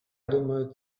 думаю